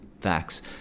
facts